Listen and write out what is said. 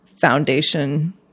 foundation